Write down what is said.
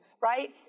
right